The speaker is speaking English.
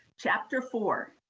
chapter four,